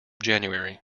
january